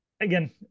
again